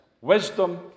Wisdom